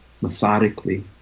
methodically